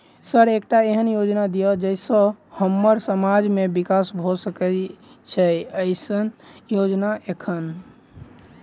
Sir एकटा एहन योजना दिय जै सऽ हम्मर समाज मे विकास भऽ सकै छैय एईसन योजना एखन?